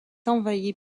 envahie